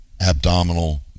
abdominal